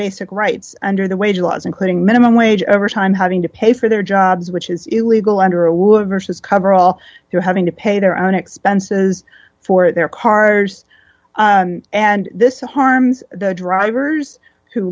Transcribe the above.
basic rights under the wage laws including minimum wage every time having to pay for their jobs which is illegal under a were versus coverall they're having to pay their own expenses for their cars and this harms the drivers